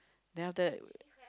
then after that